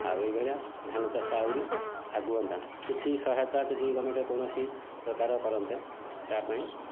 ଆଉ ଏଇଭଳିଆ ଧାନ ଚାଷ ଆହୁରି କିଛି ସହାୟତା ଯଦି ଗଭର୍ଣ୍ଣମେଣ୍ଟ୍ କୌଣସି ପ୍ରକାର କରନ୍ତେ ତା ପାଇଁ